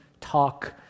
talk